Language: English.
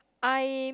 I'm